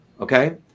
okay